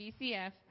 BCF